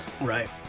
right